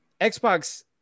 Xbox